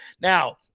now